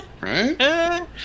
Right